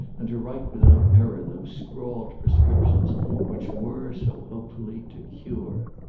and to write without error those scrawled prescriptions which were, so hopefully, to cure.